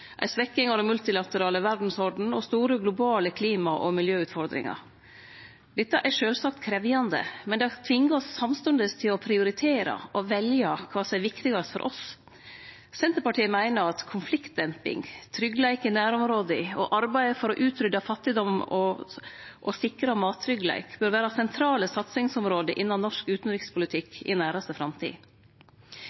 ei svekking av den multilaterale verdsordenen og store globale klima- og miljøutfordringar. Dette er sjølvsagt krevjande, men det tvingar oss samstundes til å prioritere og velje kva som er viktigast for oss. Senterpartiet meiner at konfliktdemping, tryggleik i nærområda og arbeidet for å utrydde fattigdom og sikre mattryggleik bør vere sentrale satsingsområde innanfor norsk utanrikspolitikk